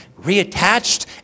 reattached